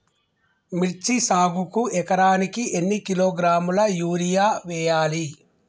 మిర్చి సాగుకు ఎకరానికి ఎన్ని కిలోగ్రాముల యూరియా వేయాలి?